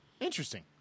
Interesting